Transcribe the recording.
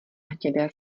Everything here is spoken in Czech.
hnědé